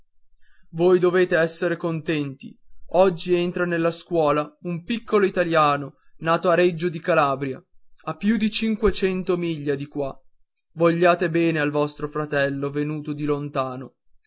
voi dovete essere contenti oggi entra nella scuola un piccolo italiano nato a reggio di calabria a più di cinquecento miglia di qua vogliate bene al vostro fratello venuto di lontano